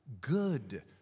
good